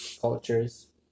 cultures